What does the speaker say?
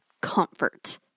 comfort